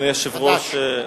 אדוני היושב-ראש,